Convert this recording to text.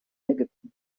ägypten